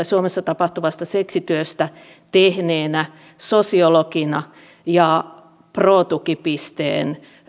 suomessa tapahtuvasta seksityöstä tehneenä sosiologina ja pro tukipisteen